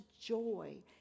joy